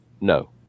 No